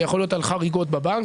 זה יכול להיות על חריגות בבנק,